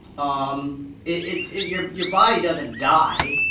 um it it your your body doesn't die,